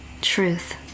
Truth